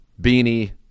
beanie